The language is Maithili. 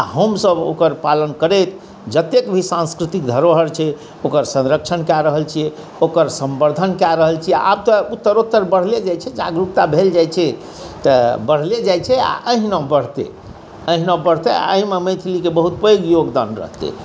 आओर हमसब ओकर पालन करैत जतेक भी साँस्कृतिक धरोहरि छै ओकर सँरक्षण कऽ रहल छिए ओकर सम्वर्धन कऽ रहल छिए आब तऽ उत्तरोत्तर बढ़ले जाइ छै जागरूकता भेल जाइ छै तऽ बढ़ले जाइ छै आओर अहिना बढ़तै अहिना बढ़तै आओर एहिमे मैथिलीके बहुत पैघ योगदान रहतै